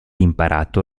imparato